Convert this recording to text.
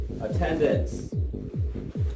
attendance